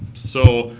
so,